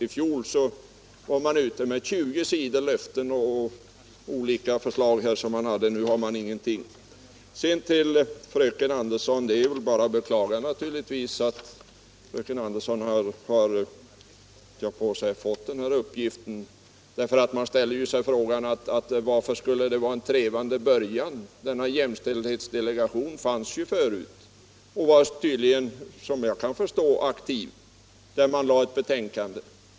I fjol fanns det 20 sidor med löften och olika förslag. Det är bara att beklaga att fröken Andersson har fått denna uppgift sig tilldelad. Varför skulle det vara en trevande början? Jämställdhets delegationen fanns ju sedan tidigare och var, såvitt jag kan förstå, aktiv och lade fram ett betänkande.